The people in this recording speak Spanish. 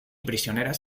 prisioneras